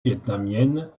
vietnamiennes